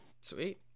Sweet